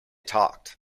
talked